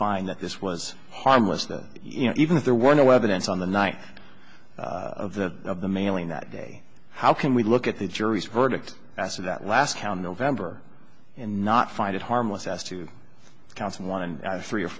find that this was harmless though you know even if there were no evidence on the night of the of the mailing that day how can we look at the jury's verdict as of that last count nov and not find it harmless as two counts and one three or